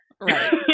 Right